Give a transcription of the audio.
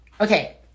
okay